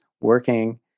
working